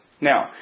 Now